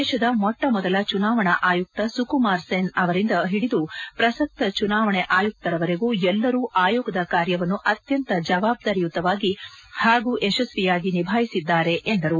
ದೇಶದ ಮೊಟ್ಟ ಮೊದಲ ಚುನಾವಣಾ ಆಯುಕ್ತ ಸುಕುಮಾರ್ ಸೆನ್ ಅವರಿಂದ ಹಿಡಿದು ಪ್ರಸಕ್ತ ಚುನಾವಣೆ ಆಯುಕ್ತರವರೆಗೂ ಎಲ್ಲರೂ ಆಯೋಗದ ಕಾರ್ಯವನ್ನು ಅತ್ಯಂತ ಜವಾಬ್ದಾರಿಯುತವಾಗಿ ಹಾಗೂ ಯಶಸ್ವಿಯಾಗಿ ನಿಭಾಯಿಸಿದ್ದಾರೆ ಎಂದರು